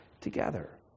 together